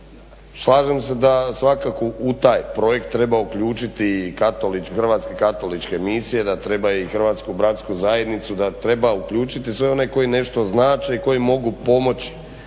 Slažem se da svakako u taj projekt treba uključiti i Hrvatske katoličke misije, da treba i Hrvatsku bratsku zajednicu, da treba uključiti sve one koji nešto znače i koji mogu pomoći.